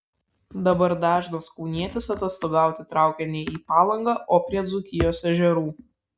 dabar dažnas kaunietis atostogauti traukia ne į palangą o prie dzūkijos ežerų